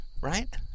right